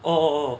oh oh oh